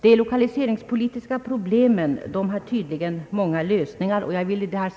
De lokaliseringspolitiska problemen har tydligen många lösningar.